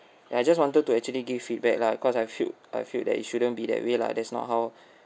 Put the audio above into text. then I just wanted to actually give feedback lah because I feel I feel that it shouldn't be that way lah that's not how